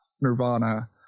Nirvana